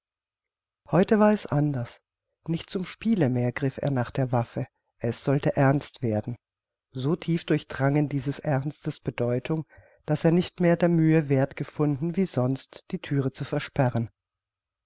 heute war es anders nicht zum spiele mehr griff er nach der waffe es sollte ernst werden so tief durchdrang ihn dieses ernstes bedeutung daß er nicht mehr der mühe werth gefunden wie sonst die thüre zu versperren